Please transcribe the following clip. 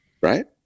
right